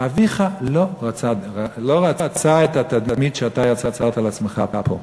אביך לא רצה את התדמית שאתה יצרת לעצמך פה.